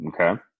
Okay